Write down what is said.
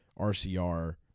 RCR